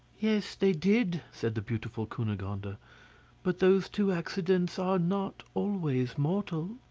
yes, they did, said the beautiful cunegonde ah but those two accidents are not always mortal.